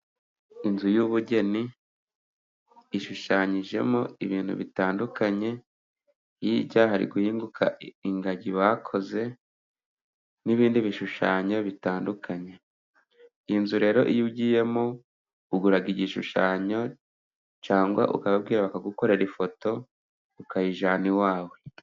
Inzu y'ubugeni ishushanyijemo ibintu bitandukanye. Hirya hari guhinguka ingagi bakoze n'ibindi bishushanyo bitandukanye. Iyi nzu rero iyo ugiyemo ugura igishushanyo cyangwa ukababwira bakagukorera ifoto ukayijyana iwawe.